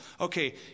Okay